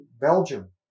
Belgium